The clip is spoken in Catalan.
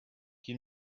qui